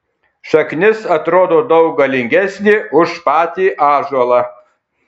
šaknis atrodo daug galingesnė už patį ąžuolą